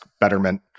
Betterment